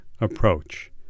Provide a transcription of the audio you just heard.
approach